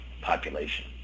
population